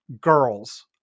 girls